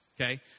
okay